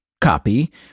copy